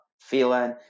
feeling